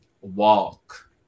walk